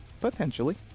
Potentially